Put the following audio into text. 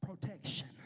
protection